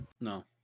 No